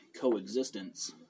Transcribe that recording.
coexistence